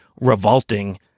revolting